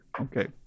Okay